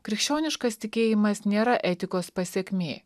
krikščioniškas tikėjimas nėra etikos pasekmė